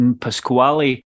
Pasquale